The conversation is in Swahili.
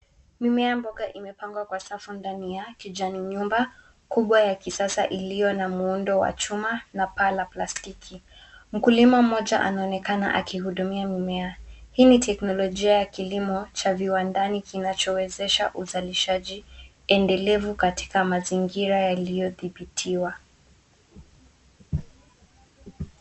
Mimea mboga imepangwa kwa safu ndani ya kijani nyumba kubwa ya kisasa iliyo na muundo wa chuma na paa la plastiki. Mkulima mmoja anaonekana akihudumia mimea. Hii ni teknolojia ya kilimo cha viwandani kinachowezesha uzalizaji endelevu katika mazingira yaliyotibhitiwa.